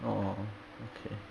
oh okay